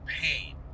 pain